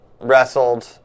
wrestled